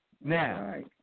Now